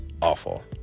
awful